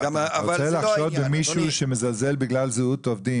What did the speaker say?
רוצה לחשוד במישהו שמזלזל בגלל זהות עובדים,